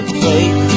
play